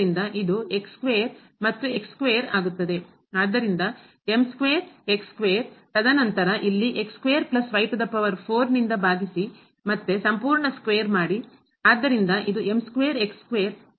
ಆದ್ದರಿಂದ ತದನಂತರ ಇಲ್ಲಿ ನಿಂದ ಭಾಗಿಸಿ ಮತ್ತೆ ಸಂಪೂರ್ಣ ಸ್ಕ್ವೇರ್ ಮಾಡಿ